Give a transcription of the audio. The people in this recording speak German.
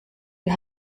wir